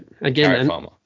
Again